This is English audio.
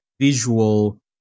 visual